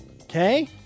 Okay